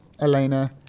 Elena